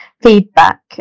feedback